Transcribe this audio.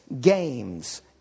games